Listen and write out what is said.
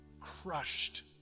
crushed